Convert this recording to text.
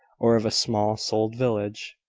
or of a small-souled village.